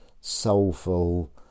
soulful